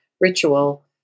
ritual